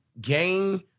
gain